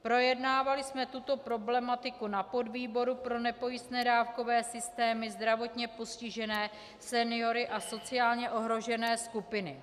Projednávali jsme tuto problematiku na podvýboru pro nepojistné dávkové systémy, zdravotně postižené, seniory a sociálně ohrožené skupiny.